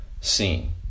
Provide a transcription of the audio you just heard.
seen